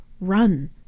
Run